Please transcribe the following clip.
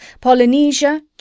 Polynesia